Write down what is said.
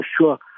sure